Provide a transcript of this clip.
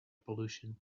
pollution